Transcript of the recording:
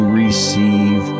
receive